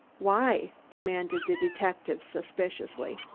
why? demanded the detective suspiciously.